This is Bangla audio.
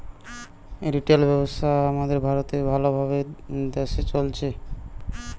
রিটেল ব্যবসা আমাদের ভারতে ভাল ভাবে দ্যাশে চলে